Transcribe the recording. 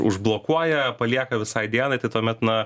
užblokuoja palieka visai dienai tai tuomet na